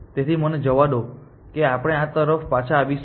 તેથી મને જવા દો કે આપણે આ તરફ પાછા આવીશું